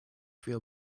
feel